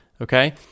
Okay